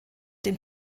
dem